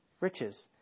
riches